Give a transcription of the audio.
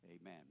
Amen